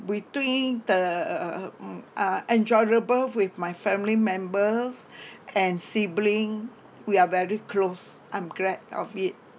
between the mm uh enjoyable with my family members and sibling we are very close I'm glad of it